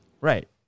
right